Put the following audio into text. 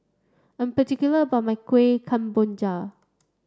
I'm particular about my Kuih Kemboja